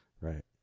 Right